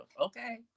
Okay